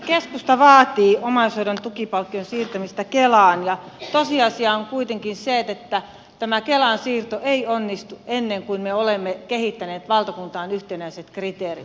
keskusta vaatii omaishoidon tukipalkkion siirtämistä kelaan mutta tosiasia on kuitenkin se että tämä kelaan siirto ei onnistu ennen kuin me olemme kehittäneet valtakuntaan yhtenäiset kriteerit